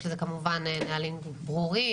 יש לזה כמובן נהלים ברורים.